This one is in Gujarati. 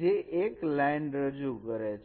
જે એક લાઈન રજૂ કરે છે